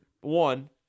one